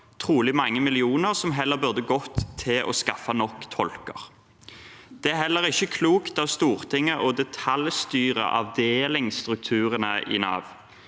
trolig mange millioner, som heller burde gå til å skaffe nok tolker. Det er heller ikke klokt av Stortinget å detaljstyre avdelingsstrukturene i Nav.